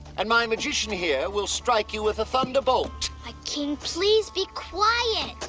and my magician here will strike you with a thunderbolt. ah, king, please be quiet.